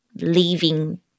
leaving